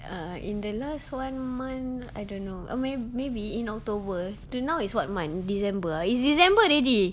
err in the last one month I don't know I mean maybe in october dude now is what month december it's december already